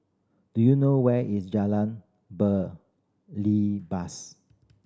do you know where is Jalan Belibas